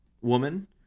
woman